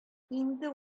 инде